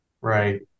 Right